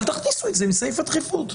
אבל תכניסו את זה לסעיף הדחיפות.